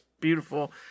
beautiful